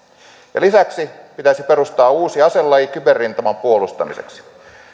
lisäksi pitäisi perustaa uusi aselaji kyberrintaman puolustamiseksi